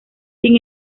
sin